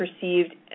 perceived